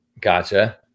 Gotcha